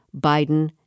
Biden